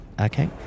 Okay